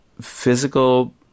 physical